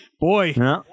boy